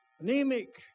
anemic